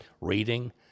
reading